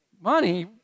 money